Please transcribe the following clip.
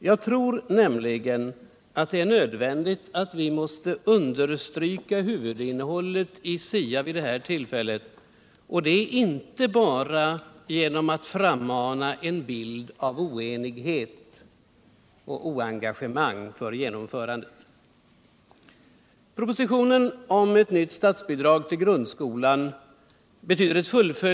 Jag tror att det är nödvändigt att vi vid det här tillfället understryker huvudinnehållet i SIA, och det gör man inte genom att frammana en bild av oenighet och ocngagemang för genomförandet.